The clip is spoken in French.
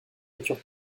rupture